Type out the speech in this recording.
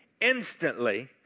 instantly